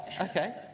okay